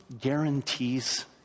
guarantees